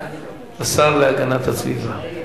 השר להגנת הסביבה,